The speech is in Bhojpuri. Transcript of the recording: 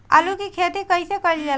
आलू की खेती कइसे कइल जाला?